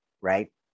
right